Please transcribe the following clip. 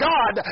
God